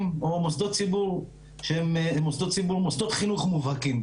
או מוסדות ציבור שהן מוסדות חינוך מובהקים.